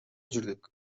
жүрдүк